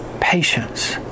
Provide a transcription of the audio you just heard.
Patience